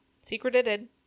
Secreted